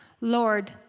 Lord